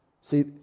See